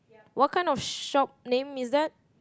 what kind of shop name is that